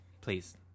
please